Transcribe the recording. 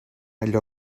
allò